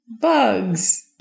bugs